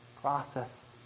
process